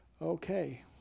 Okay